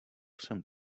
jsem